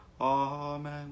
Amen